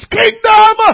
kingdom